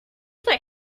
that